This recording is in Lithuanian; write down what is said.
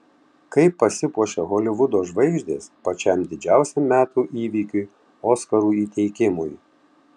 kaip pasipuošia holivudo žvaigždės pačiam didžiausiam metų įvykiui oskarų įteikimui